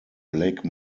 blake